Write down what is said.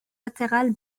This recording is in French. latérales